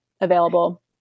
available